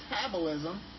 metabolism